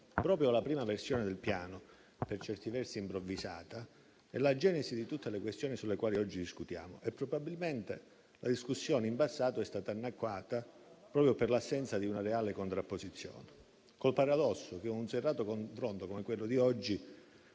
Proprio la prima versione del Piano, per certi versi improvvisata, è la genesi di tutte le questioni delle quali oggi discutiamo. Probabilmente la discussione in passato è stata annacquata proprio per l'assenza di una reale contrapposizione, col paradosso che un serrato confronto come quello di oggi